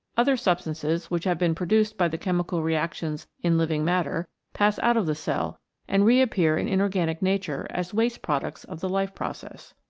other substances which have been pro duced by the chemical reactions in living matter pass out of the cell and reappear in inorganic nature as waste products of the life process.